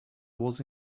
was